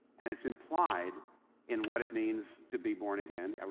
and it's implied in what it means to be born again,